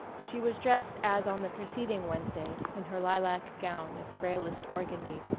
she was dressed as on the preceding wednesday in her lilac gown of frailest organdy,